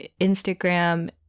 Instagram